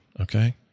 Okay